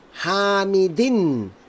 hamidin